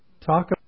Talk